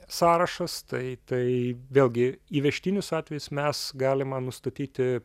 sąrašas tai tai vėlgi įvežtinius atvejus mes galima nustatyti